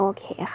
Okay